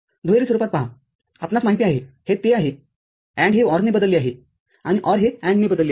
दुहेरी स्वरूपात पहा आपणास माहीत आहे हे ते आहे AND हे OR ने बदलले आहेआणि OR हे AND ने बदलले आहे